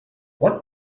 what